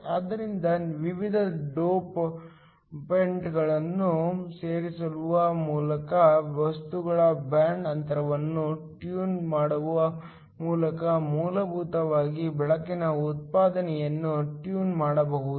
ಆದ್ದರಿಂದ ವಿವಿಧ ಡೋಪಂಟ್ಗಳನ್ನು ಸೇರಿಸುವ ಮೂಲಕ ವಸ್ತುಗಳ ಬ್ಯಾಂಡ್ ಅಂತರವನ್ನು ಟ್ಯೂನ್ ಮಾಡುವ ಮೂಲಕ ಮೂಲಭೂತವಾಗಿ ಬೆಳಕಿನ ಉತ್ಪಾದನೆಯನ್ನು ಟ್ಯೂನ್ ಮಾಡಬಹುದು